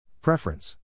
Preference